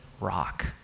rock